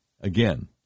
Again